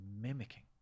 mimicking